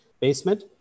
basement